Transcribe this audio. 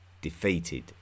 defeated